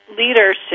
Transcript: leadership